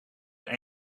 haar